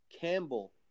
Campbell